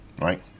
right